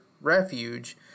Refuge